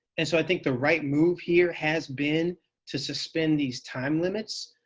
and so i think the right move here has been to suspend these time limits.